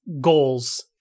goals